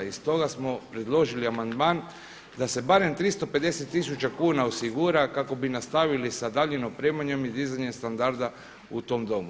I stoga smo predložili amandman da se barem 350000 kuna osigura kako bi nastavili sa daljnjim opremanjem i dizanjem standarda u tom domu.